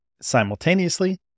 Simultaneously